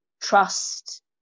trust